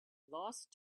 lost